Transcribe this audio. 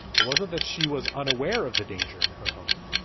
it wasn't that she was unaware of the danger in her home,